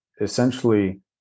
essentially